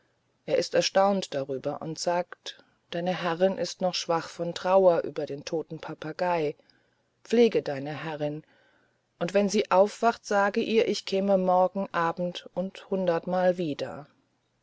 er ist erstaunt darüber und sagt deine herrin ist noch schwach von trauer über ihren toten papagei pflege deine herrin und wenn sie aufwacht sage ihr ich käme morgen abend und hundertmal wieder